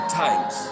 times